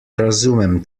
razumem